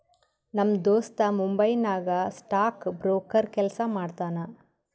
ನಮ್ ದೋಸ್ತ ಮುಂಬೈ ನಾಗ್ ಸ್ಟಾಕ್ ಬ್ರೋಕರ್ ಕೆಲ್ಸಾ ಮಾಡ್ತಾನ